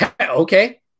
okay